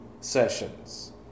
sessions